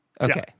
Okay